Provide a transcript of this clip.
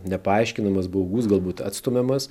nepaaiškinamas baugus galbūt atstumiamas